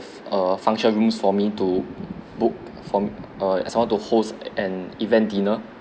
err function rooms for me to book from uh as well to host an event dinner